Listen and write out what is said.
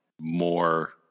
more